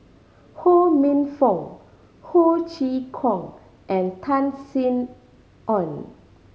Ho Minfong Ho Chee Kong and Tan Sin Aun